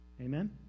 Amen